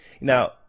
Now